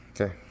okay